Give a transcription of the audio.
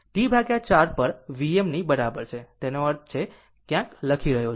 T4 પર vm ની બરાબર છે તેનો અર્થ છે ક્યાંક લખી રહ્યો છું